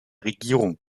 regierung